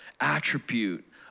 attribute